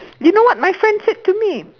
you know what my friend said to me